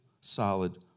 solid